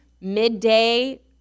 Midday